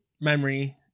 memory